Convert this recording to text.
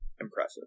impressive